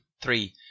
three